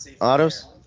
Autos